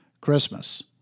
Christmas